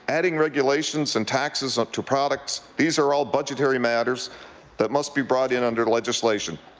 adding regulations and taxes onto products, these are all budgetary matters that must be brought in under legislation.